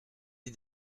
des